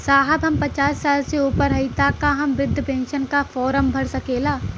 साहब हम पचास साल से ऊपर हई ताका हम बृध पेंसन का फोरम भर सकेला?